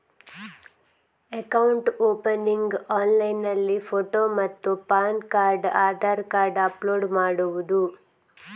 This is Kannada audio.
ಅಕೌಂಟ್ ಓಪನಿಂಗ್ ಆನ್ಲೈನ್ನಲ್ಲಿ ಫೋಟೋ ಮತ್ತು PAN card Aadhaar card upload ಮಾಡುವುದು?